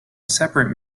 separate